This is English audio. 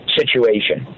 situation